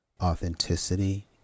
authenticity